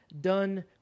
done